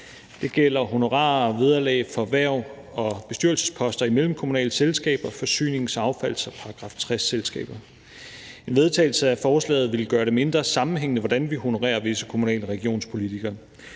Det gælder honorarer og vederlag for hverv og bestyrelsesposter i mellemkommunale selskaber og forsynings-, affalds- og § 60-selskaber. En vedtagelse af forslaget vil gøre det mindre sammenhængende, hvordan vi honorerer visse kommunal- og regionspolitikere.